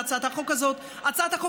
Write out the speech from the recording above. הצבעה.